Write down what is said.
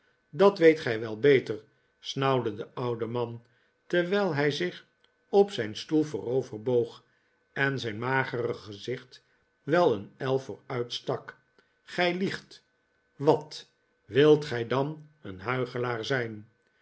dat weet gij wel beter snauwde de oude man terwijl hij zich op zijn stoel vooroverboog en zijn magere gezicht wel een el vooruit stak gij liegt wat wilt gij dan een huichelaar zijn